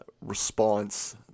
response